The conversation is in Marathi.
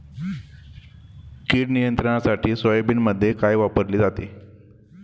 कीड नियंत्रणासाठी सोयाबीनमध्ये काय वापरले जाते?